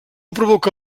provoca